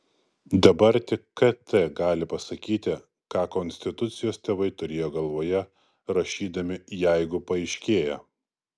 dabar tik kt gali pasakyti ką konstitucijos tėvai turėjo galvoje rašydami jeigu paaiškėja